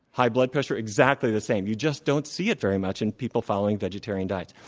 high blood pressure, exactly the same. you just don't see it very much in people following vegetarian diets.